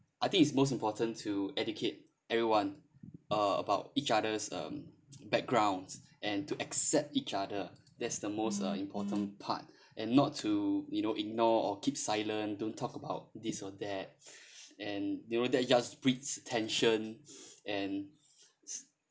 I think is most important to educate everyone uh about each other's um backgrounds and to accept each other that's the most uh important part and not to you know ignore or keep silent don't talk about this or that and you know that just breeds tensions and